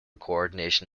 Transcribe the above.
coordination